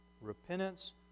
repentance